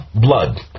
blood